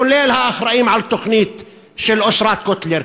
כולל האחראים לתוכנית של אושרת קוטלר,